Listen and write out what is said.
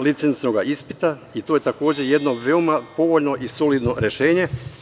licencnog ispita i to je takođe jedno veoma povoljno i solidno rešenje.